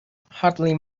hardly